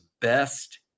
best